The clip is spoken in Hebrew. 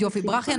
ברכי,